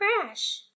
crash